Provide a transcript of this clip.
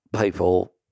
people